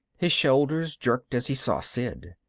his shoulders jerked as he saw sid.